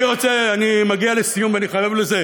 אני מגיע לסיום, אני חייב לסיים.